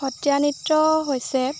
সত্ৰীয়া নৃত্য হৈছে